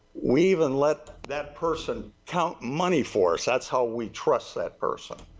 we even let that person count money for us that's how we trust that person.